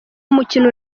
umukino